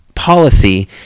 policy